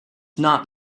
not